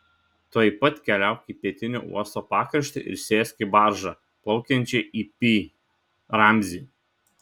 tuoj pat keliauk į pietinį uosto pakraštį ir sėsk į baržą plaukiančią į pi ramzį